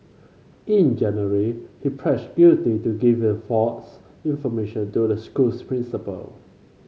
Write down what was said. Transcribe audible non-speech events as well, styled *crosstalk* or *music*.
in January he *unintelligible* guilty to giving false information to the school's principal